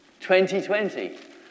2020